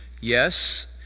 Yes